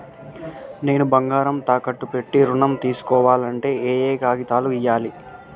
నేను బంగారం తాకట్టు పెట్టి ఋణం తీస్కోవాలంటే ఏయే కాగితాలు ఇయ్యాలి?